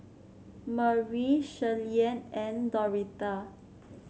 Murry Shirleyann and Doretha